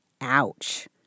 Ouch